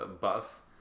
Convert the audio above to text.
buff